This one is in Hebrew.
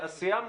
אז סיימנו.